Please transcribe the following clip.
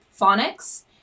phonics